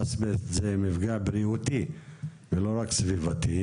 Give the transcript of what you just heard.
אסבסט הוא מפגע בריאותי ולא רק סביבתי,